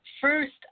first